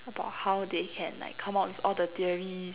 about how they can like come up with all the theories